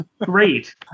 Great